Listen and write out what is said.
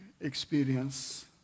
experience